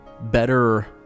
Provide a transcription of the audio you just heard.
better